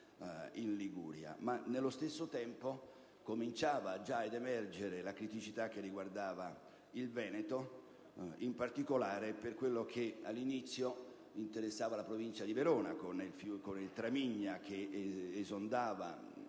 e Savona. Nello stesso tempo cominciava già ad emergere la criticità che riguardava il Veneto, in particolare per quello che all'inizio interessava la provincia di Verona, con il Tramigna che esondava a